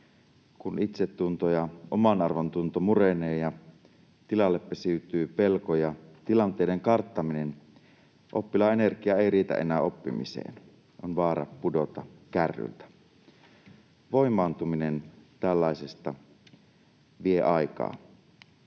Kun itsetunto ja omanarvontunto murenevat ja tilalle pesiytyvät pelko ja tilanteiden karttaminen, oppilaan energia ei riitä enää oppimiseen. On vaara pudota kärryiltä. Voimaantuminen tällaisesta vie aikaa.